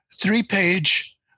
three-page